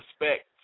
Respect